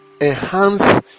enhance